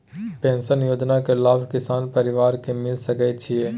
Pension योजना के लाभ किसान परिवार के मिल सके छिए?